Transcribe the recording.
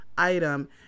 item